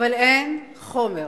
אבל אין חומר.